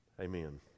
Amen